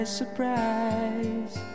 surprise